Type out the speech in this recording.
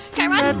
guy raz,